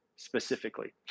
Specifically